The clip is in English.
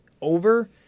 over